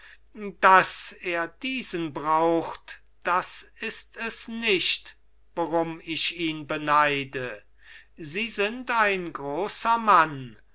daß er diesen braucht das ist es nicht warum ich ihn beneide sie sind ein großer mann